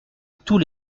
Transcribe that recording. tous